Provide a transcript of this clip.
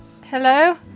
Hello